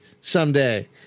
someday